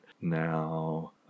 now